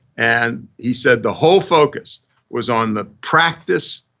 and he said, the whole focus was on the practice,